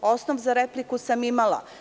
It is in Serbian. Osnov za repliku sam imala.